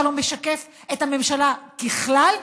אתה לא משקף את הממשלה ככלל,